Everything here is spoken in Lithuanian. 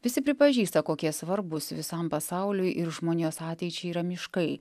visi pripažįsta kokie svarbūs visam pasauliui ir žmonijos ateičiai yra miškai